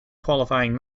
qualifying